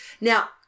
Now